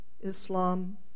Islam